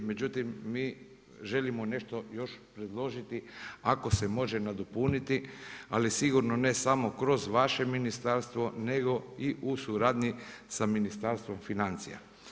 Međutim, mi želimo nešto još predložiti ako se može nadopuniti, ali sigurno ne samo kroz vaše ministarstvo, nego i u suradnji sa Ministarstvom financija.